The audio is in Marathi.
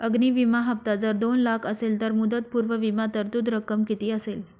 अग्नि विमा हफ्ता जर दोन लाख असेल तर मुदतपूर्व विमा तरतूद रक्कम किती असेल?